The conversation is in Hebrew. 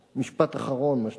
מה שנקרא "משפט אחרון" מה שנקרא.